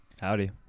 Howdy